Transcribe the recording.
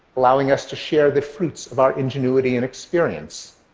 allowing us to share the fruits of our ingenuity and experience.